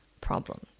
problem